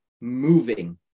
moving